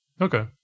Okay